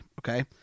Okay